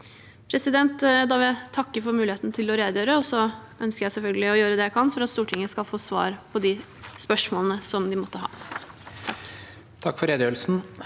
låneavtalene. Da vil jeg få takke for muligheten til å redegjøre, og så ønsker jeg selvfølgelig å gjøre det jeg kan for at Stortinget skal få svar på de spørsmålene som de måtte ha. Presidenten